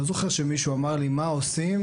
לא זוכר שמישהו אמר לי, מה עושים